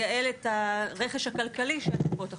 לייעל את הרכש הכלכלי של קופות החולים.